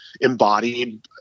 embodied